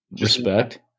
Respect